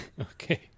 Okay